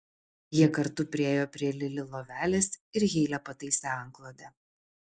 jie kartu priėjo prie lili lovelės ir heilė pataisė antklodę